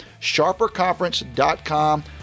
SharperConference.com